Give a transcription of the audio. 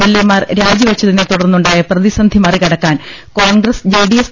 LA മാർ രാജിവച്ചതിനെതുടർന്നുണ്ടായ പ്രതിസന്ധി മറികടക്കാൻ കോൺഗ്രസ് ജെഡിഎസ്